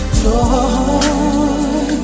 joy